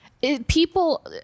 People